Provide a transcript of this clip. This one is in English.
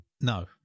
No